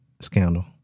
scandal